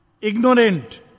Ignorant